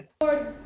Lord